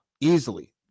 easily